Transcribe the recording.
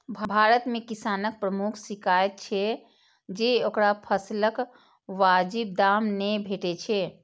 भारत मे किसानक प्रमुख शिकाइत छै जे ओकरा फसलक वाजिब दाम नै भेटै छै